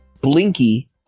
Blinky